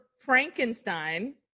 Frankenstein